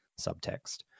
subtext